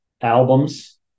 albums